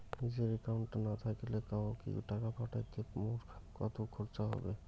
নিজের একাউন্ট না থাকিলে কাহকো টাকা পাঠাইতে মোর কতো খরচা হবে?